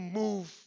move